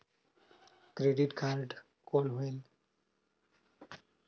Credit card कौन होएल?